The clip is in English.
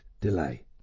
delay